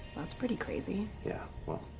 that's pretty crazy. yeah, well,